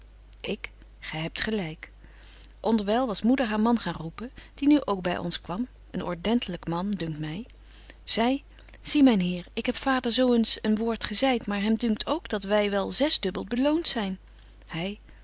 ik gy hebt gelyk onderwyl was moeder haar man gaan roepen die nu ook by ons kwam een ordentelyk man dunkt my zy zie myn heer ik heb vader zo eens een woord gezeit maar hem dunkt ook dat wy wel zesdubbelt beloont zyn hy